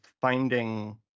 finding